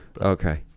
Okay